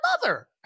mother